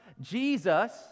Jesus